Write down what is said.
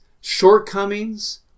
shortcomings